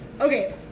Okay